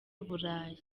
burayi